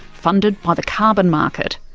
funded by the carbon market.